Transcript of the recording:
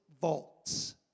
vaults